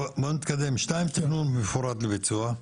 בוא נתקדם 2. תכנון מפורט לביצוע.